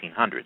1800s